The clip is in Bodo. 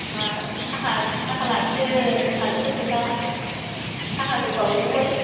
थाखा लाखियो थाखाजोंसो खोथा थाखा होबोबा गबोबाय